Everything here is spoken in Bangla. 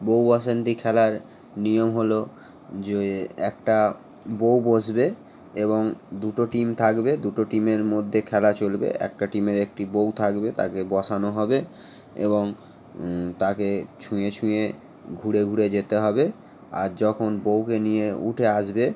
বউ বাসন্তী খেলার নিয়ম হলো যে একটা বউ বসবে এবং দুটো টিম থাকবে দুটো টিমের মধ্যে খেলা চলবে একটা টিমের একটি বউ থাকবে তাকে বসানো হবে এবং তাকে ছুঁয়ে ছুঁয়ে ঘুরে ঘুরে যেতে হবে আর যখন বউকে নিয়ে উঠে আসবে